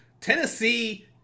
Tennessee